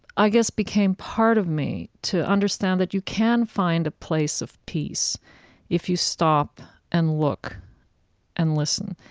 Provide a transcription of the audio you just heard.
i guess, became part of me to understand that you can find a place of peace if you stop and look and listen.